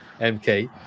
Mk